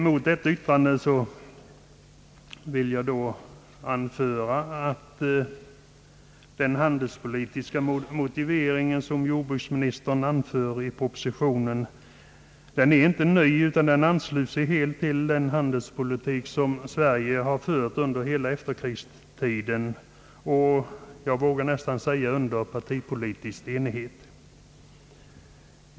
Mot detta yttrande vill jag anföra att den handelspolitiska motivering som jordbruksministern framför i propositionen inte är ny utan ansluter helt till den handelspolitik som Sverige har fört under hela efterkrigstiden, jag vågar nästan säga under partipolitisk enighet.